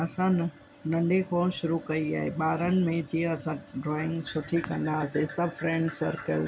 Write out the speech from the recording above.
असां नंढे खो शुरू कई आहे ॿारनि में जीअं असां ड्रॉइंग सुठी कंदासीं सभु फ्रेंड्स सर्कल